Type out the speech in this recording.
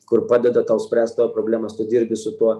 kur padeda tau spręst tavo problemas tu dirbi su tuo